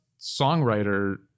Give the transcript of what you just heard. songwriter